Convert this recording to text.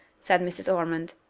said mrs. ormond,